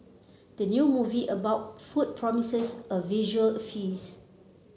the new movie about food promises a visual feast